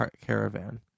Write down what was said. caravan